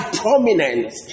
prominence